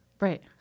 Right